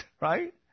Right